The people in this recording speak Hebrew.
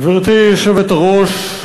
גברתי היושבת-ראש,